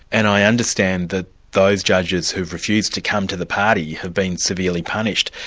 and i understand that those judges who've refused to come to the party have been severely punished.